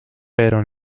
pero